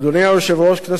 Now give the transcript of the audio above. כנסת נכבדה,